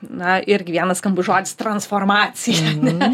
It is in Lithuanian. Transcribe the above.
na irgi vienas skambus žodis transformacija ne